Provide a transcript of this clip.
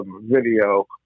video